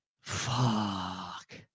Fuck